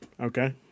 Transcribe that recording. Okay